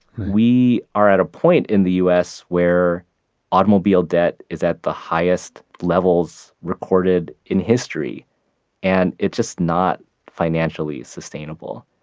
we are at a point in the us where automobile debt is at the highest levels recorded in history and it's just not financially sustainable,